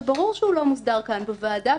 וברור שהוא לא מוסדר כאן בוועדה,